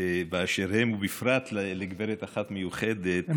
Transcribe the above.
באשר הם, בפרט לגברת אחת מיוחדת,